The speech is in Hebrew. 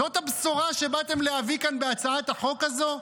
זאת הבשורה שבאתם להביא כאן בהצעת החוק הזו?